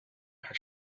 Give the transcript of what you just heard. hat